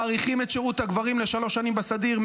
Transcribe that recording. מאריכים את שירות הגברים לשלוש שנים בסדיר,